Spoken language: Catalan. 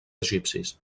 egipcis